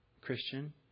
Christian